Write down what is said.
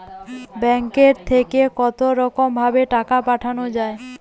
ব্যাঙ্কের থেকে কতরকম ভাবে টাকা পাঠানো য়ায়?